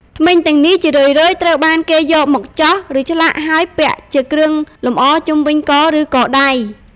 ធ្មេញទាំងនេះជារឿយៗត្រូវបានគេយកមកចោះ ឬឆ្លាក់ ហើយពាក់ជាគ្រឿងលម្អជុំវិញក ឬកដៃ។